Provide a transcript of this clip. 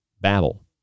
Babel